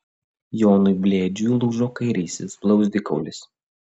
jonui blėdžiui lūžo kairysis blauzdikaulis